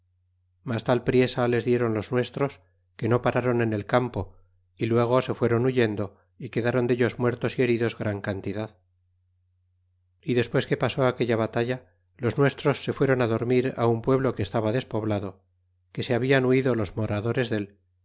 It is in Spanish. mas tal priesa les dieron los nuestros que no parron en el campo é luego se fueron huyendo y quedaron dellos muertos y heridos gran cantidad y despues que pasó aquella batalla los nuestros se fueron dormir un pueblo que estaba despoblado que se hablan huido los moradores del